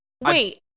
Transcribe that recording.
Wait